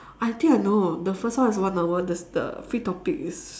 I think I know the first one is one hour the the free topic is